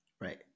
Right